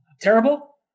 terrible